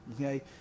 Okay